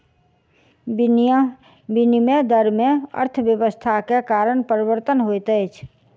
विनिमय दर में अर्थव्यवस्था के कारण परिवर्तन होइत अछि